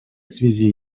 связи